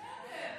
בסדר.